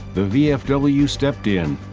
the vfw stepped in,